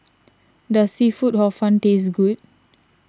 does Seafood Hor Fun taste good